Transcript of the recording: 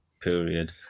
period